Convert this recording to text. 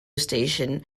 station